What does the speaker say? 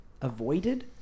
avoided